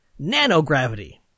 Nanogravity